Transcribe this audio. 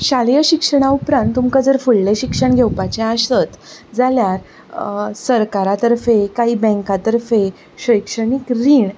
शालेय शिक्षणां उपरांत तुमकां जर फुडलें शिक्षण घेवपाचें आसत जाल्यार सरकारा तरफे काय बँका तरफे शैक्षणिक रीण